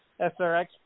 SRX